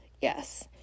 yes